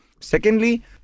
Secondly